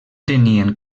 tenien